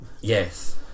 Yes